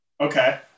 Okay